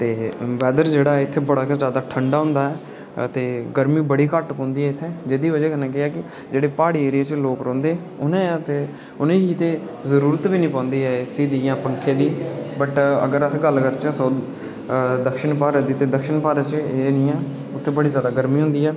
ते वैदर जेह्ड़ा ऐ इत्थै बड़ा गै ठंडा होंदा गर्मी बड़ी घट्ट पौंदी इत्थै जेह्दी बजह् कन्नै केह् ऐ कि जेह्ड़े प्हाड़ी एरिये च लोक रौहंदे उ'नें इत्थै उ'नेंगी ते जरूरत बी निं पौंदी ऐ फ्रिज दी ते पक्खे दी ते अगर अस गल्ल करचै साऊथ दी ते दक्षिण भारत दी ते दक्षिण भारत च एह् निं ऐ की उत्थै बड़ी जादा गर्मी होंदी ऐ